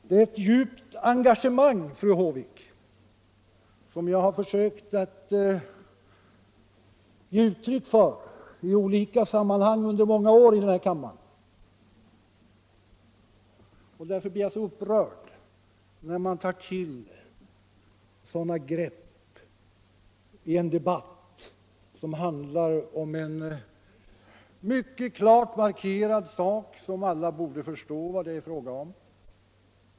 Det är ett djupt engagemang, fru Håvik, som jag i många år i olika sammanhang har försökt ge uttryck för här i kammaren. Därför blir jag upprörd, när man tar till sådana grepp i en debatt som handlar om en mycket klart markerad sak — alla borde förstå vad det är fråga om.